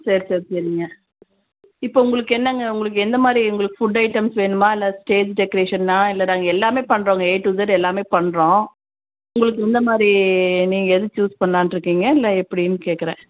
சரி சரி சரிங்க இப்போ உங்களுக்கு என்னங்க உங்களுக்கு என்ன மாதிரி உங்களுக்கு ஃபுட் ஐட்டம்ஸ் வேணுமா இல்லை ஸ்டேஜ் டெக்ரேஷன் எல்லாம் இல்லை நாங்கள் எல்லாமே பண்ணுறோங்க ஏ டூ இஸட் எல்லாமே பண்ணுறோம் உங்களுக்கு எந்த மாதிரி நீங்கள் எது சூஸ் பண்ணலான்ட்டு இருக்கிங்க இல்லை எப்படினு கேட்குறேன்